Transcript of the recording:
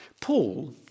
Paul